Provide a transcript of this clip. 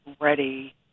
ready